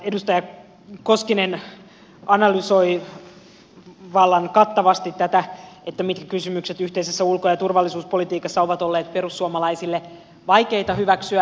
edustaja koskinen analysoi vallan kattavasti tätä mitkä kysymykset yhteisessä ulko ja turvallisuuspolitiikassa ovat olleet perussuomalaisille vaikeita hyväksyä